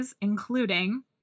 including